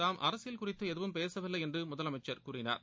தாம் அரசியல் குறித்து எதுவும் பேசவில்லை என்று முதலமைச்சர் கூறினார்